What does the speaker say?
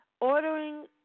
ordering